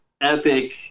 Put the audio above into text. epic